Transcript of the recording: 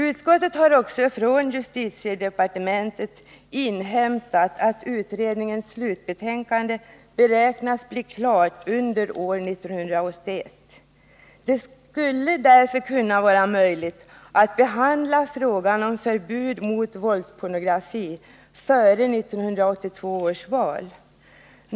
Utskottet har också från justitiedepartementet inhämtat att utredningens slutbetänkande beräknas bli klart under år 1981. Det skulle därför vara möjligt att behandla frågan om förbud mot våldspornografi före 1982 års val.